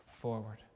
forward